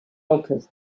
alters